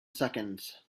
seconds